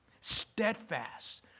steadfast